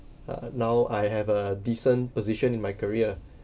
uh now I have a decent position in my career